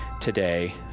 today